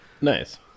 Nice